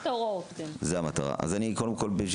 הוא נותן את ההוראות.